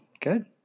Good